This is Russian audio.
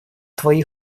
твои